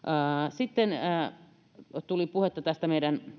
sitten tuli puhetta tästä meidän